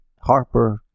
Harper